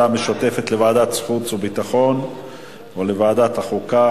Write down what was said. המשותפת לוועדת החוץ והביטחון ולוועדת החוקה,